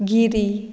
Giri